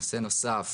נושא נוסף